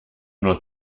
nur